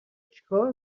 چیکار